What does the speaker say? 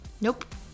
Nope